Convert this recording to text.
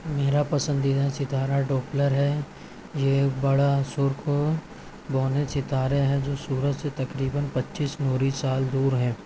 میرا پسندیدہ ستارہ ڈوپلر ہے یہ بڑا سرخ بونے ستارے ہیں جو سورج سے تقریباً پچیس نوری سال دور ہیں